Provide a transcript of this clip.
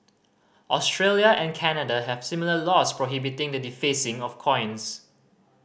Australia and Canada have similar laws prohibiting the defacing of coins